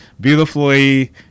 beautifully